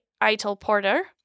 Eitel-Porter